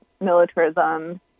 militarism